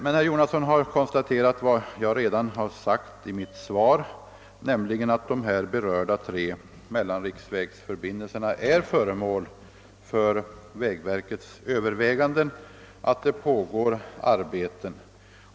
Men herr Jonasson har konstaterat att jag i mitt svar framhållit, att de tre berörda mellanriksförbindelserna är föremål för vägväsendets överväganden och att det pågår arbeten.